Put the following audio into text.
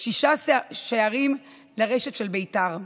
שישה שערים לרשת של בית"ר,